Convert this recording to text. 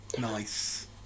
nice